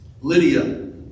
Lydia